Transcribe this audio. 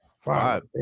five